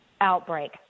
outbreak